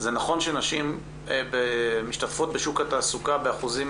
זה נכון שנשים בישראל משתתפות בשוק התעסוקה באחוזים